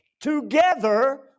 together